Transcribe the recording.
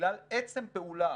שבגלל עצם פעולה